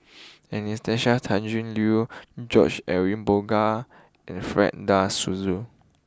Anastasia Tjendri Liew George Edwin Bogaars and Fred De Souza